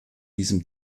diesem